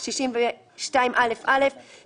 סעיף 301א לחוק העונשין התשל"ז 1977,